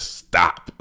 stop